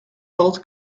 valt